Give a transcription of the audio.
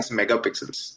megapixels